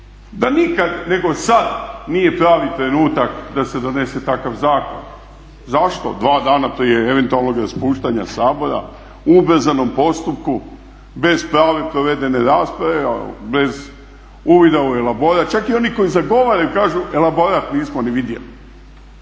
da nikad nego sad nije pravi trenutak da se donese takav zakon. Zašto dva dana prije eventualnog raspuštanja Sabora u ubrzanom postupku bez prave provedene rasprave, bez uvida u elaborat, čak i oni koji zagovaraju kažu elaborat nismo ni vidjeli.